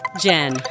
Jen